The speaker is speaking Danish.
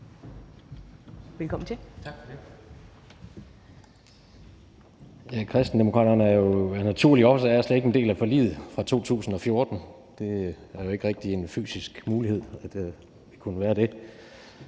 Rohde (KD): Tak for det. Kristendemokraterne er jo af naturlige årsager slet ikke en del af forliget fra 2014 – det var jo ikke rigtig en fysisk mulighed, at vi kunne være det.